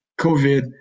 COVID